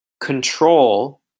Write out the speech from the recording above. control